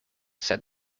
said